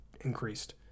increased